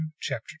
Chapter